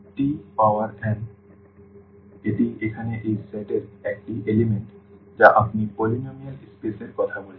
সুতরাং t power n এটি এখানে এই সেট এর একটি উপাদান যা আপনি polynomial স্পেস এর কথা বলছেন